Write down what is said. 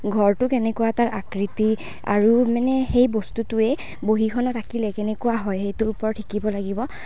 ঘৰটো কেনেকুৱা এটা আকৃতি আৰু মানে সেই বস্তুটোৱে বহীখনত আঁকিলে কেনেকুৱা হয় সেইটোৰ ওপৰত শিকিব লাগিব